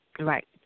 Right